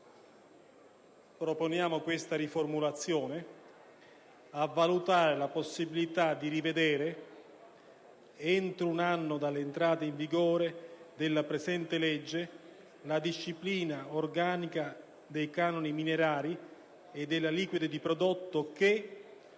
«impegna il Governo a valutare la possibilità di rivedere entro un anno dall'entrata in vigore della presente legge la disciplina organica dei canoni minerari e delle aliquote di prodotto che